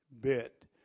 bit